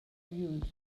rude